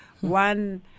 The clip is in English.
one